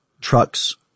trucks